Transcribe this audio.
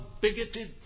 bigoted